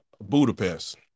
Budapest